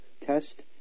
test